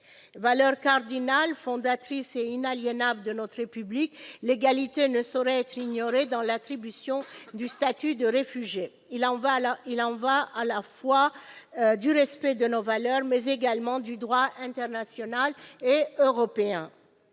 Valeur cardinale, fondatrice et inaliénable de notre République, l'égalité ne saurait être ignorée dans l'attribution du statut de réfugié. Il y va du respect de nos valeurs comme du droit international et européen.